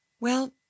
Well